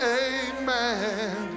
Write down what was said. amen